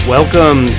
Welcome